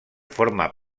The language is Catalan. forma